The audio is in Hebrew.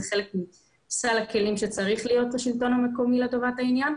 זה חלק מסל הכלים שצריך להיות לשלטון המקומי לטובת העניין,